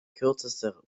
kürzeste